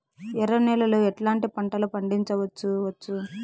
ఎర్ర నేలలో ఎట్లాంటి పంట లు పండించవచ్చు వచ్చు?